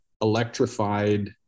electrified